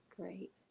great